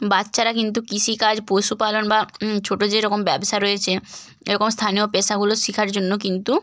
বাচ্চারা কিন্তু কৃষিকাজ পশুপালন বা ছোটো যেরকম ব্যবসা রয়েছে এরকম স্থানীয় পেশাগুলো শেখার জন্য কিন্তু